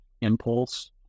impulse